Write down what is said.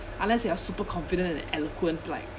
unless you are super confident and eloquent like